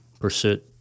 pursuit